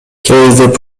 ксдп